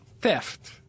theft